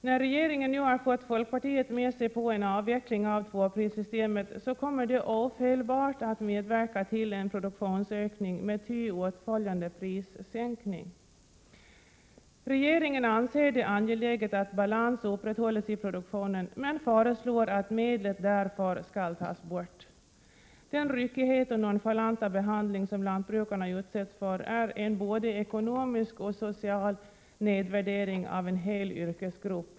När regeringen nu har fått folkpartiet med sig på en avveckling av tvåprissystemet, kommer det ofelbart att medverka till en produktionsökning med ty åtföljande prissänkning. Regeringen anser det angeläget att balans upprätthålls i produktionen men föreslår att medlet därför skall tas bort. Den ryckighet och nonchalanta behandling som lantbrukarna utsätts för är en både ekonomisk och social nedvärdering av en hel yrkesgrupp.